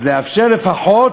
אז במקום לאפשר לפחות